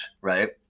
Right